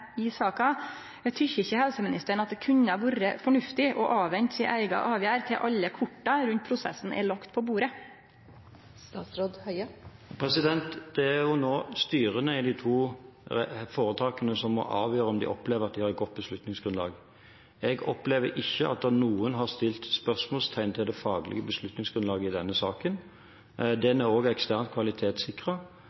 i saka, tykkjer ikkje helseministeren at det kunne vore fornuftig å avvente si eiga avgjerd til alle korta rundt prosessen er lagde på bordet? Det er styrene i de to foretakene som må avgjøre om de opplever at de har et godt beslutningsgrunnlag. Jeg opplever ikke at noen har satt spørsmålstegn ved det faglige beslutningsgrunnlaget i denne saken. Den